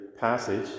passage